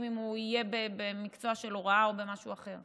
אם הוא יהיה במקצוע של הוראה או במשהו אחר.